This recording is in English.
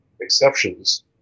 exceptions